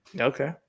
Okay